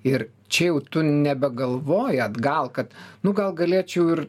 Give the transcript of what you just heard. ir čia jau tu nebegalvoji atgal kad nu gal galėčiau ir